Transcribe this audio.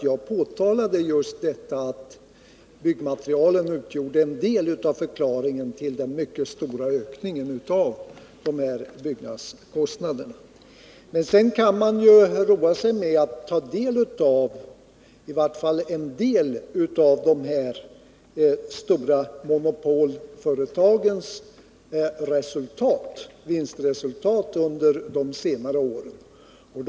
Jag påtalade just detta att byggmaterialet utgjorde en del av förklaringen till den mycket stora ökningen av byggnadskostnaderna. Sedan kan man ju roa sig med att ta del av vilka vinstresultat som i vart fall vissa av de stora monopolföretagen har gjort under de senare åren.